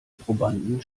probanden